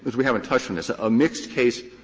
we haven't touched on this. a ah mixed case